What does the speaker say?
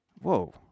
Whoa